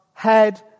head